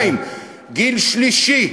גיל שלישי.